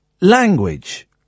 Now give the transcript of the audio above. language